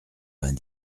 vingt